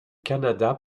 canada